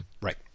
right